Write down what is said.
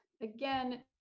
again